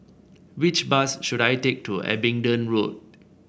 which bus should I take to Abingdon Road